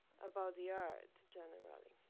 about the earth generally.